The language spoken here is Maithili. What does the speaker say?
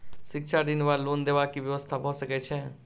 शिक्षा ऋण वा लोन देबाक की व्यवस्था भऽ सकै छै?